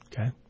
Okay